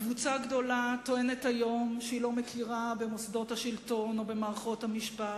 קבוצה גדולה טוענת היום שהיא לא מכירה במוסדות השלטון ובמערכות המשפט,